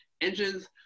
engines